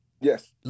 Yes